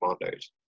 Commandos